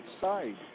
side